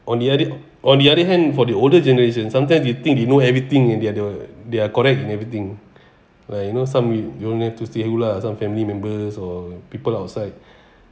on the other on the other hand for the older generation sometimes you think they know everything and they are the they are correct in everything like you know some you you don't have to say who lah some family members or people outside